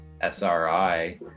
SRI